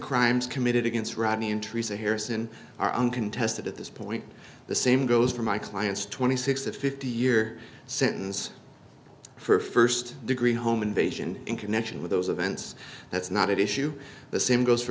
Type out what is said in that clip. crimes committed against rodney entries appears in our uncontested at this point the same goes for my clients twenty six to fifty year sentence for first degree home invasion in connection with those events that's not at issue the same goes for